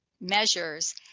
measures